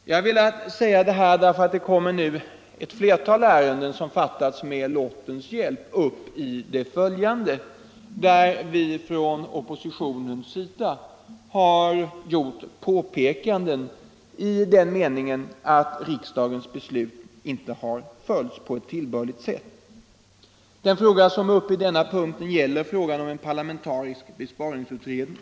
Jag har velat säga detta därför att det i det följande kommer upp ett flertal ärenden där besluten fattats med lottens hjälp och där vi från oppositionens sida har gjort påpekanden om att riksdagens beslut inte har följts på ett tillbörligt sätt. Det som nu behandlas är frågan om en parlamentarisk besparingsutredning.